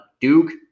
Duke